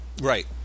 right